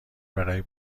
برای